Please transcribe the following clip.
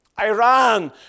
Iran